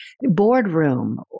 boardroom